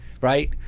right